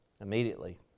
immediately